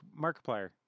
Markiplier